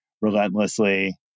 relentlessly